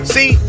See